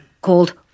called